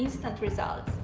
instant results!